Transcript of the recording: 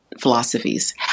philosophies